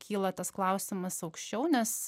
kyla tas klausimas aukščiau nes